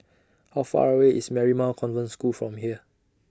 How Far away IS Marymount Convent School from here